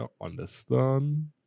understand